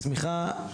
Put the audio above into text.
השמיכה,